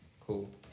cool